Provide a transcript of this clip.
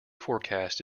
forecast